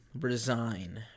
resign